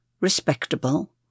respectable